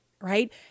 right